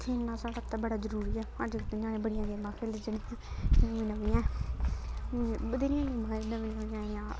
खेलना साढ़े आस्तै बड़ा जरूरी ऐ अजकल्ल दे ञ्याणे बड़ियां गेमां खेलदे जेह्ड़ी कि नमीं नमियां ऐ बत्थेरियां गेमां न नमीं नमियां आई दियां